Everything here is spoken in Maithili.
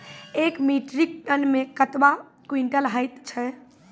एक मीट्रिक टन मे कतवा क्वींटल हैत छै?